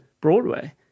Broadway